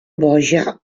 boja